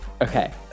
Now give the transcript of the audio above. Okay